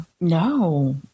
No